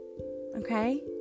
okay